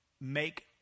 make